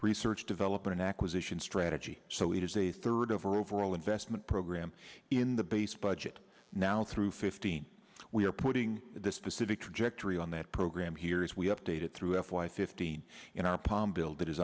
research development acquisition strategy so it is a third of our overall investment program in the base budget now through fifteen we are putting the specific trajectory on that program here as we updated throughout life fifteen in our palm bill that is